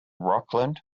rockland